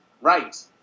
right